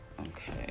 Okay